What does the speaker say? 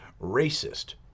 racist